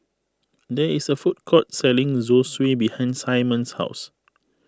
there is a food court selling Zosui behind Simon's house